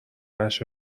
نشه